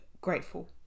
grateful